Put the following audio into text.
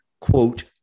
quote